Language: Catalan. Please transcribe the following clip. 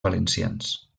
valencians